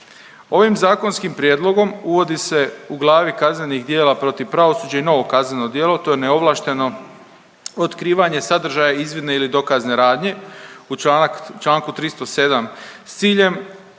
Ovim zakonskim prijedlogom uvodi se u glavi kaznenih djela protiv pravosuđa i novo kazneno djelo to je neovlašteno otkrivanje sadržaja izvidne ili dokazne radnje u članak, u Članku